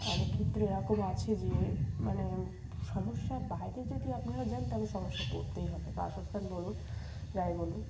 অনেক ক্ষেত্রে এরকম আছে যে মানে সমস্যা বাইরে যদি আপনারা যান তাহলে সমস্যায় পড়তেই হবে বাসস্থান বলুন যাই বলুন